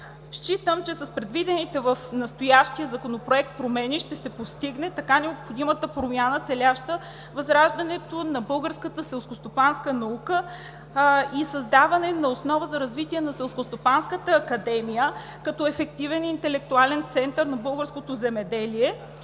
Считам, че с предвидените в настоящия законопроект промени ще се постигне така необходимата промяна, целяща възраждането на българската селскостопанска наука и създаване на основа за развитие на Селскостопанската академия като ефективен интелектуален център на българското земеделие,